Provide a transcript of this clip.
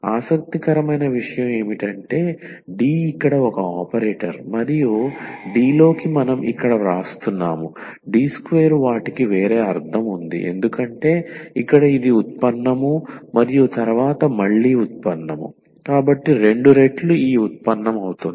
ఆసక్తికరమైన విషయం ఏమిటంటే D ఇక్కడ ఒక ఆపరేటర్ మరియు D లోకి మనం ఇక్కడ వ్రాస్తున్నాము D2 వాటికి వేరే అర్ధం ఉంది ఎందుకంటే ఇక్కడ ఇది ఉత్పన్నం మరియు తరువాత మళ్ళీ ఉత్పన్నం కాబట్టి రెండు రెట్లు ఈ ఉత్పన్నం అవుతుంది